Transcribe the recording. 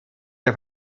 der